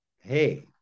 Hey